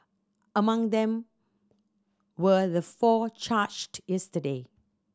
among them were the four charged yesterday